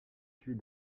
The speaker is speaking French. suit